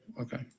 okay